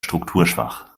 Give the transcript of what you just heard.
strukturschwach